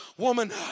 woman